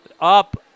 Up